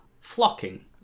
flocking